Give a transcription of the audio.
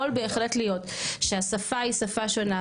יכול בהחלט להיות שהשפה היא שפה שונה.